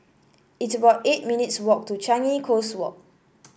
it's about eight minutes walk to Changi Coast Walk